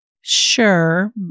Sure